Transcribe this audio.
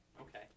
Okay